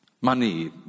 money